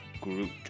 Groot